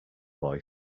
boy